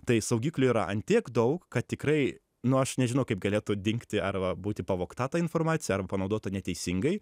tai saugiklių yra ant tiek daug kad tikrai nu aš nežinau kaip galėtų dingti arba būti pavogta ta informacija ar panaudota neteisingai